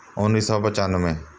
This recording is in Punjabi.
ਉੱਨੀ ਸੌ ਪਚਾਨਵੇਂ